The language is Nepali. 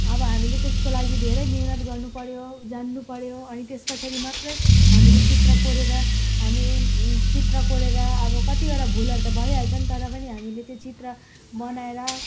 अब हामीले त्यसको लागि धेरै मिहिनेत गर्नु पऱ्यो जान्नुपऱ्यो अनि त्यस पछाडि मात्रै हामीले चित्र कोरेर हामी चित्र कोरेर अब कतिवटा भूलहरू त भइहाल्छन् तर पनि हामीले त्यो चित्र बनाएर